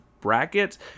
brackets